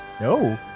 No